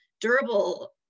durable